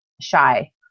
shy